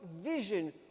vision